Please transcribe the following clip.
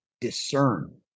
discern